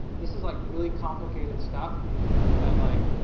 this is like really complicated stuff that like,